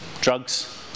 drugs